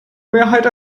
mehrheit